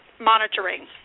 monitoring